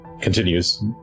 continues